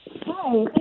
Hi